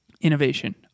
innovation